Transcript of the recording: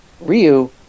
Ryu